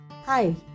Hi